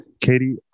Katie